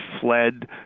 fled